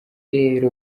rero